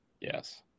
Yes